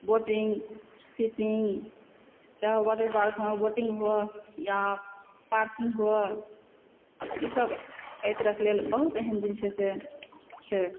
boating fishing चाहे water park हो boating हो या पार्किंग हो ई सब एहि तरहकेँ लेल बहुत एहन जे छै से छै